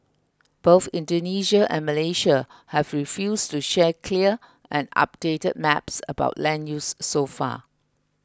both Indonesia and Malaysia have refused to share clear and updated maps about land use so far